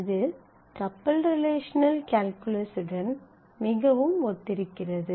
இது tuple relational கால்குலஸுடன் மிகவும் ஒத்திருக்கிறது